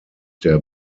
der